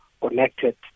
connected